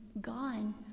gone